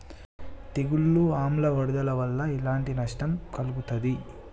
తెగులు ఆమ్ల వరదల వల్ల ఎలాంటి నష్టం కలుగుతది?